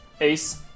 Ace